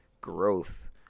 growth